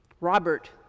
Robert